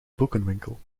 boekenwinkel